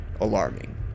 alarming